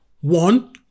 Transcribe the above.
One